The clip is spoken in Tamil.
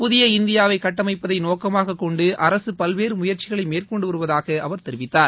புதிய இந்தியாவை கட்டமைப்பதில் நோக்கமாக கொண்டு அரசு பல்வேறு முயற்சிகளை மேற்கொண்டு வருவதாக தெரிவித்தார்